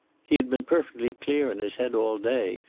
he had been perfectly clear in his head all day,